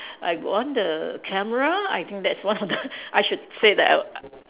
I won the camera I think that's one of the I should say that I